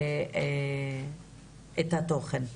ואת התוכן.